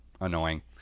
Annoying